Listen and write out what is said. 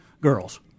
girls